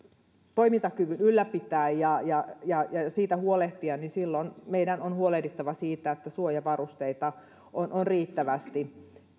toimintakyvyn ylläpitää ja ja siitä huolehtia niin silloin meidän on huolehdittava siitä että suojavarusteita on on riittävästi